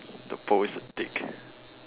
the post is a dick